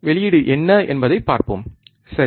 வெளியீடு என்ன என்பதைப் பார்ப்போம் சரி